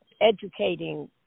educating